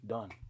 Done